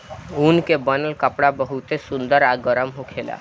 ऊन के बनल कपड़ा बहुते सुंदर आ गरम होखेला